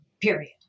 period